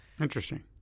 Interesting